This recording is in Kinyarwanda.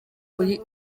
uri